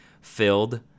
filled